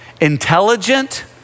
intelligent